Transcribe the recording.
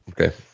okay